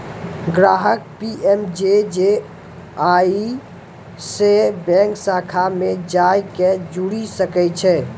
ग्राहक पी.एम.जे.जे.वाई से बैंक शाखा मे जाय के जुड़ि सकै छै